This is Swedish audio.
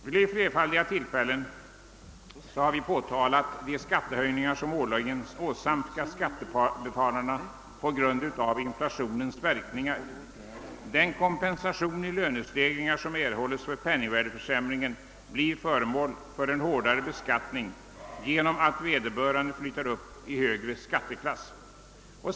Vid flerfaldiga tillfällen har vi påta lat de skattehöjningar som årligen åsamkas skattebetalarna på grund av inflationens verkningar. Den kompensation i lönestegringar som erhålles för penningvärdeförsämring blir föremål för en hårdare beskattning genom att vederbörande flyttar upp i högre skatteklass.